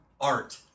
art